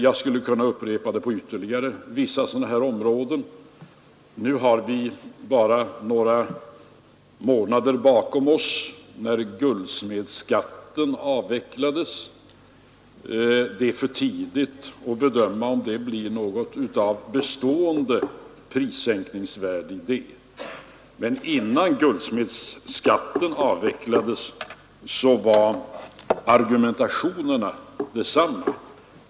Jag skulle kunna upprepa beskrivningen på ytterligare vissa sådana områden. Det har nu bara gått några månader sedan försäljningsskatten på guldsmedsvaror avvecklades. Det är för tidigt att bedöma om det blir något bestående prissänkningsvärde i denna avveckling. Men innan guldsmedsskatten avvecklades var argumentationen densamma.